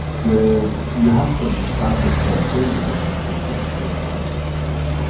the. you have to understand the criteria behind it, the principle behind this work.